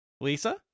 Lisa